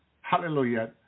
Hallelujah